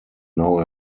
now